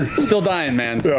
still dying. matt and